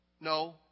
No